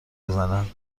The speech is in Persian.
بزنند